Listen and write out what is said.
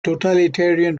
totalitarian